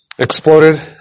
exploded